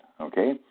okay